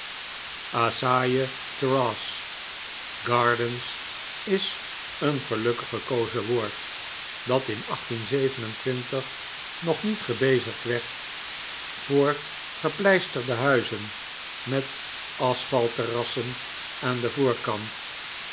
square assaye terrace gardens is een gelukkig gekozen woord dat in nog niet gebezigd werd voor gepleisterde huizen met asphalt terrassen aan den voorkant